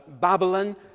Babylon